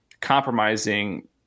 compromising